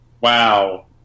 Wow